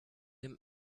him